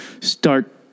start